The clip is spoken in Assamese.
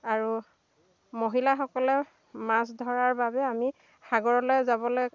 আৰু মহিলাসকলে মাছ ধৰাৰ বাবে আমি সাগৰলৈ যাবলৈ